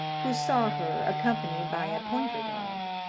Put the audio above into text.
who saw her, accompanied by a pointer-dog.